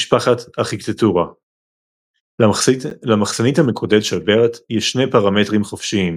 משפחת ארכיטקטורה למחסנית המקודד של BERT יש 2 פרמטרים חופשיים